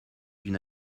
d’une